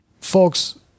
folks